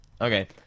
Okay